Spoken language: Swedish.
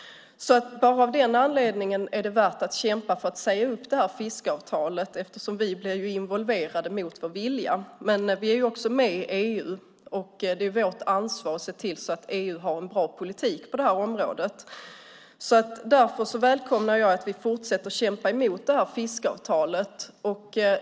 Bara av den anledningen är det värt att kämpa för att säga upp det här fiskeavtalet, eftersom vi blir involverade mot vår vilja. Men vi är också med i EU, och det är vårt ansvar att se till att EU har en bra politik på det här området. Därför välkomnar jag att vi fortsätter kämpa mot det här fiskeavtalet.